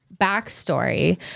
backstory